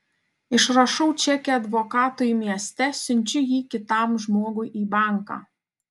išrašau čekį advokatui mieste siunčiu jį kitam žmogui į banką